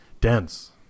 dense